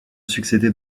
succéder